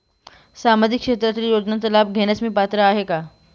सामाजिक क्षेत्रातील योजनांचा लाभ घेण्यास मी पात्र आहे का?